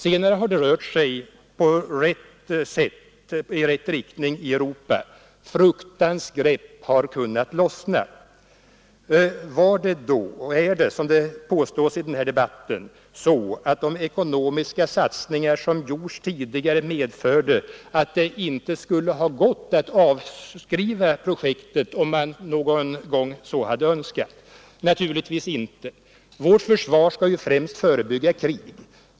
Sedan har det rört sig i rätt riktning i Europa. Skräcken har kunnat lossna. Var det och är det som det påstås i den här debatten så att de ekonomiska satsningar som gjordes tidigare medförde att det inte skulle ha gått att avskriva projektet om man så hade önskat? Naturligtvis inte. Vårt försvar skall främst förebygga krig.